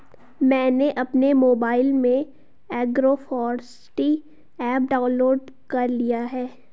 मैंने अपने मोबाइल में एग्रोफॉसट्री ऐप डाउनलोड कर लिया है